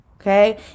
okay